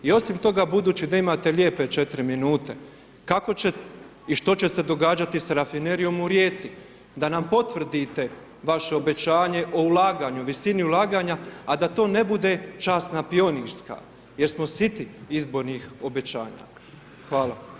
I osim toga, budući da imate lijepe 4 minute, kako će i što će se događati s Rafinerijom u Rijeci, da nam potvrdite vaše obećanje o ulaganju, visini ulaganja, a da to ne bude časna pionirska jer smo siti izbornih obećanja.